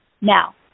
Now